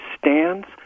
stands